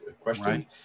question